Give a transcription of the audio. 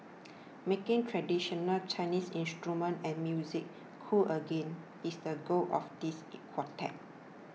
making traditional Chinese instruments and music cool again is the goal of this quartet